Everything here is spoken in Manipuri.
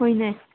ꯍꯣꯏꯅꯦ